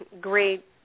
great